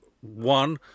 one